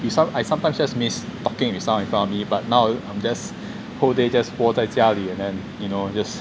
I sometimes just miss talking with someone in front of me but now I'm just whole day just 窝在家里 and then you know just